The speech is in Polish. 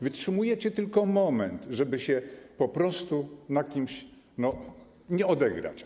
Wytrzymujecie tylko moment, żeby się po prostu na kimś nie odegrać.